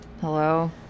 Hello